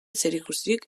zerikusirik